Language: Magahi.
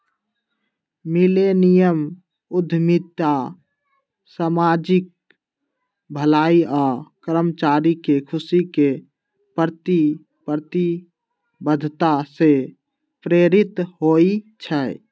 मिलेनियम उद्यमिता सामाजिक भलाई आऽ कर्मचारी के खुशी के प्रति प्रतिबद्धता से प्रेरित होइ छइ